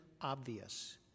obvious